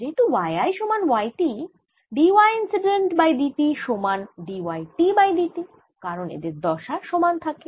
যেহেতু y I সমান y T d y incident by d t সমান d y t by d t কারণ এদের দশা সমান থাকে